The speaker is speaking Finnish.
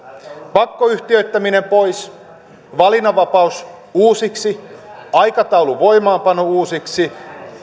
pakkoyhtiöittäminen pois valinnanvapaus uusiksi aikataulu voimaanpanoon uusiksi